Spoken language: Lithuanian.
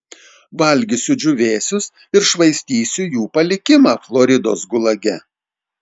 valgysiu džiūvėsius ir švaistysiu jų palikimą floridos gulage